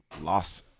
lost